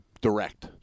direct